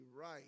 right